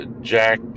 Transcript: jack